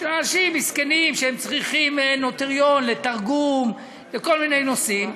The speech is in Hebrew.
ואנשים מסכנים שצריכים נוטריון לתרגום וכל מיני נושאים,